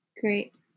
great